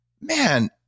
man